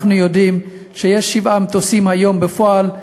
אנחנו יודעים שהיום יש שבעה מטוסים בפועל,